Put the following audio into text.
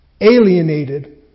alienated